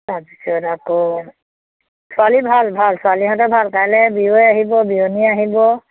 তাৰপিছত আকৌ ছোৱালী ভাল ভাল ছোৱালীহঁতে ভাল কাইলে বিয়ৈ আহিব বিয়নী আহিব